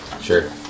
Sure